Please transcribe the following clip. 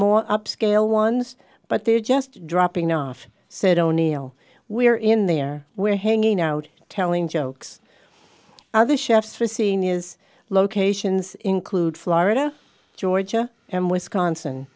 more upscale ones but they're just dropping off said o'neill we're in there we're hanging out telling jokes other chefs are seeing is locations include florida georgia and wisconsin